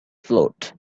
float